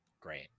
Great